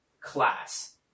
class